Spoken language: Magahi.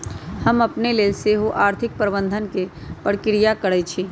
हम अपने लेल सेहो आर्थिक प्रबंधन के प्रक्रिया स्वीकारइ छी